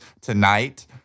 tonight